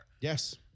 Yes